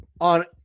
on